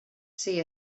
see